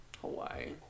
Hawaii